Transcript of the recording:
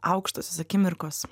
aukštosios akimirkos